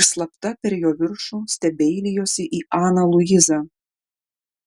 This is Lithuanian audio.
ir slapta per jo viršų stebeilijosi į aną luizą